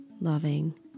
loving